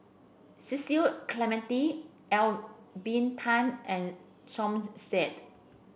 Cecil Clementi Lelvin Tan and Som Said